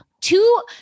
two